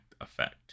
effect